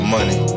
Money